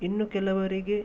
ಇನ್ನು ಕೆಲವರಿಗೆ